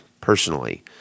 personally